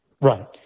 Right